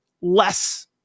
less